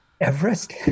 Everest